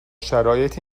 شرایط